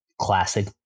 Classic